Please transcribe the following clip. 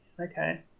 okay